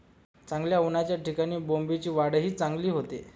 चांगल्या उन्हाच्या ठिकाणी कोबीची वाढही चांगली होते